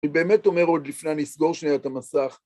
אני באמת אומר עוד לפני... אני אסגור שנייה את המסך.